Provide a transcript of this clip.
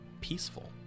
peaceful